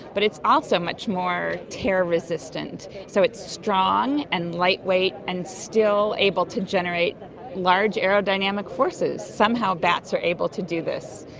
but it's also much more tear resistant, so it's strong and lightweight and still able to generate large aerodynamic forces. somehow bats are able to do this.